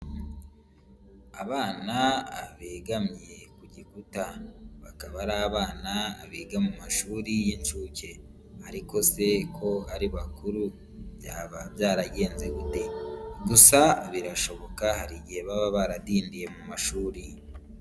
Abana begamye ku gikuta, bakaba ari abana biga mu mashuri y'inshuke, ariko se ko ari bakuru byaba byaragenze gute? gusa birashoboka hari igihe baba baradindiye mu mashuri.